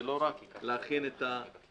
זה לא רק להכין את התיקון,